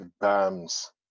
Bam's